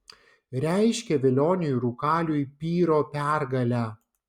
reiškia velioniui rūkaliui pyro pergalę